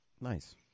Nice